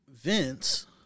Vince